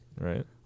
right